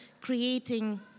creating